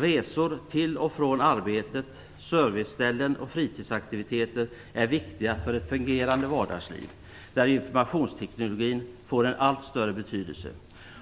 Resor till och från arbetet, serviceställen och fritidsaktiviteter är viktiga för ett fungerande vardagsliv, där informationstekniken får en allt större betydelse.